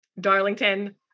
Darlington